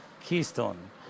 Keystone